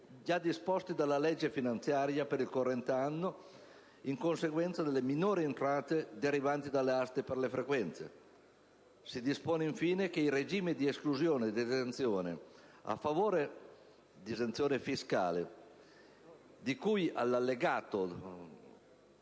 già disposti dalla legge finanziaria per il corrente anno in conseguenza delle minori entrate derivanti dalle aste per le frequenze. Si dispone infine che i regimi di esclusione ed esenzione fiscale, di cui all'allegato